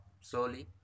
slowly